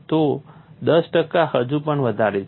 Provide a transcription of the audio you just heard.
તો 10 ટકા હજુ પણ વધારે છે